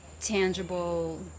tangible